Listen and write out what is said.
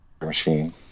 Machine